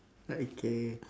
okay